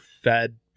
fed